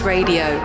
Radio